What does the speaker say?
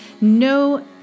No